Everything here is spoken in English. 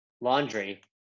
laundry